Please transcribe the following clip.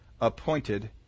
appointed